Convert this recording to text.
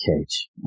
Cage